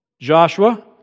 Joshua